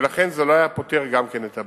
ולכן גם זה לא היה פותר את הבעיה.